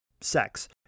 sex